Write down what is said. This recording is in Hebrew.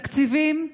תקציבים,